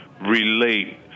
relate